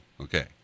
Okay